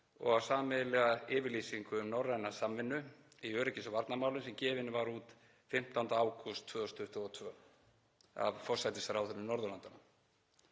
og á sameiginlega yfirlýsingu um norræna samvinnu í öryggis- og varnarmálum sem gefin var út 15. ágúst 2022 af forsætisráðherrum Norðurlandanna.